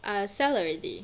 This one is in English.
err sell already